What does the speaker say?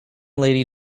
lady